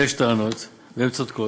ויש טענות והן צודקות.